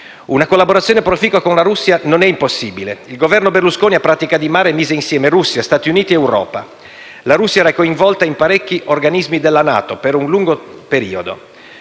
Una collaborazione proficua con la Russia non è impossibile: il Governo Berlusconi a Pratica di Mare mise insieme Russia, Stati Uniti ed Europa. La Russia era coinvolta in parecchi organismi della NATO per un lungo periodo.